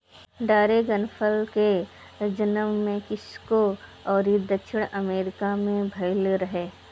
dragon फल के जनम मेक्सिको अउरी दक्षिणी अमेरिका में भईल रहे